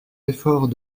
effort